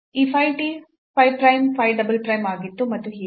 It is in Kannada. ಈ phi t phi prime phi double prime ಆಗಿತ್ತು ಮತ್ತು ಹೀಗೆ